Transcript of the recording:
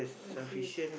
okay